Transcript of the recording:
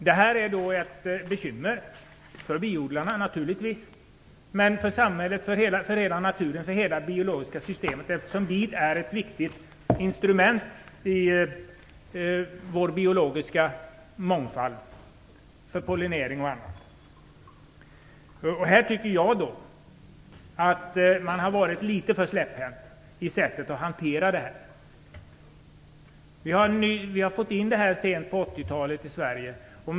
Detta är naturligtvis ett bekymmer för biodlarna. Men det är även ett bekymmer för hela naturen och det biologiska systemet. Biet är ett viktigt instrument i vår biologiska mångfald, pollinering osv. Jag tycker att man har varit litet för släpphänt i sättet att hantera frågan. Kvalstret kom sent på 80 talet till Sverige.